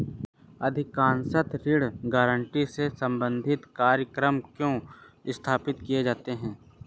अधिकांशतः ऋण गारंटी से संबंधित कार्यक्रम क्यों स्थापित किए जाते हैं?